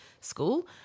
school